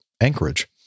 Anchorage